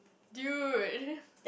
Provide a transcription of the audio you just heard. dude